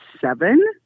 seven